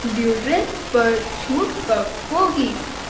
deodorants پر چھوٹ کب ہوگی